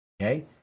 Okay